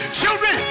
children